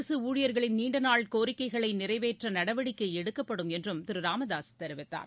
அரசுஊழியர்களின் நீண்டநாள் கோரிக்கைகளைநிறைவேற்றநடவடிக்கைஎடுக்கப்படும் என்றம் திருராமதாசுதெரிவித்தார்